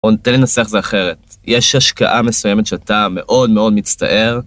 תן לי לנסח את זה אחרת. יש השקעה מסוימת שאתה מאוד מאוד מצטער?